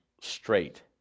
straight